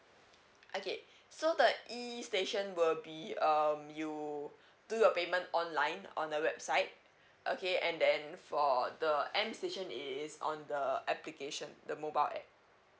okay so the E station will be um you do your payment online on the website okay and then for the M station it is on the application the mobile A_P_P